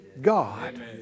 God